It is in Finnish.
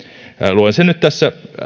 luen sen nyt tässä